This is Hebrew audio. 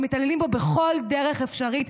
הם מתעללים בו בכל דרך אפשרית.